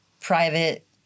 private